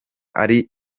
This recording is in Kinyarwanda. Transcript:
ari